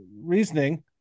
reasoning